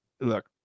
look